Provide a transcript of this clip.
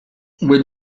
will